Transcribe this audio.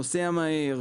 נוסע מהר,